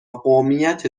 قومیت